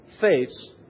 face